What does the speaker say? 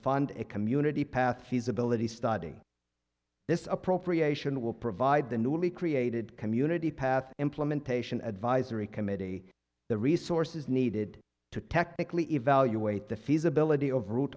fund a community path feasibility study this appropriation will provide the newly created community path implementation advisory committee the resources needed to technically evaluate the feasibility of route